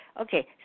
okay